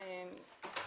אדוני,